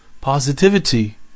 positivity